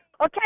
Okay